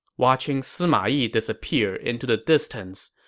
watching sima yi disappear into the distance,